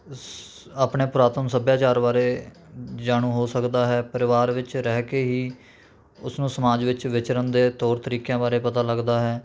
ਅਸ ਆਪਣੇ ਪੁਰਾਤਨ ਸੱਭਿਆਚਾਰ ਬਾਰੇ ਜਾਣੂ ਹੋ ਸਕਦਾ ਹੈ ਪਰਿਵਾਰ ਵਿੱਚ ਰਹਿ ਕੇ ਹੀ ਉਸ ਨੂੰ ਸਮਾਜ ਵਿੱਚ ਵਿਚਰਨ ਦੇ ਤੌਰ ਤਰੀਕਿਆਂ ਬਾਰੇ ਪਤਾ ਲੱਗਦਾ ਹੈ